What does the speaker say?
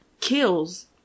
kills